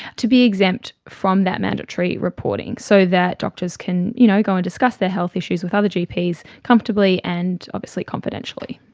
to be exempt from that mandatory reporting, so that doctors can you know go and discuss their health issues with other gps comfortably and obviously confidentially.